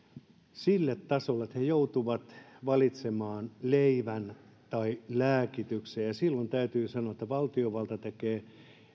sille tasolle että he joutuvat valitsemaan leivän tai lääkityksen silloin täytyy sanoa että valtiovalta tekisi